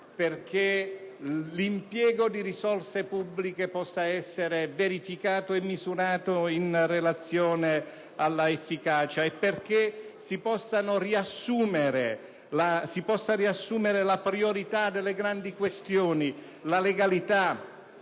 l'impiego di risorse pubbliche possa essere verificato e misurato in relazione all'efficacia e si possa riassumere la priorità delle grandi questioni - la legalità,